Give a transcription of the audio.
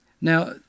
Now